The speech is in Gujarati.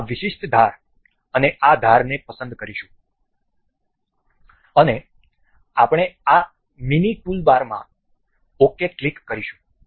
આપણે આ વિશિષ્ટ ધાર અને આ ધારને પસંદ કરીશું અને આપણે આ મીની ટૂલબારમાં ok ક્લિક કરીશું